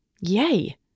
Yay